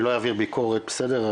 אני לא אעביר ביקורת בסדר,